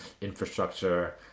infrastructure